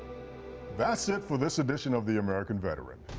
that's it for this edition of the american veteran.